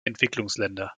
entwicklungsländer